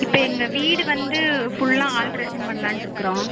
இப்போ எங்கள் வீடு வந்து ஃபுல்லாக ஆல்ட்ரேஷன் பண்ணலாண்ட்டு இருக்கிறோம்